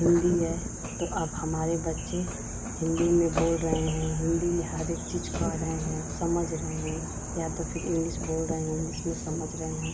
हिन्दी है तो अब हमारे बच्चे हिन्दी में बोल रहे हैं हिन्दी में हर एक चीज़ कह रहे हैं समझ रहे हैं या तो फिर इंग्लिस बोल रहे हैं इंग्लिस में समझ रहे हैं